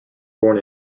born